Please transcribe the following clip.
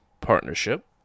partnership